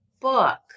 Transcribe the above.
book